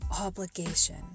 obligation